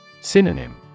Synonym